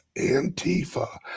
Antifa